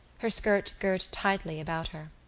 her skirt girt tightly about her.